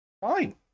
Fine